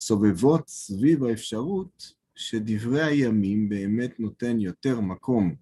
סובבות סביב האפשרות שדברי הימים באמת נותן יותר מקום.